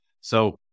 So-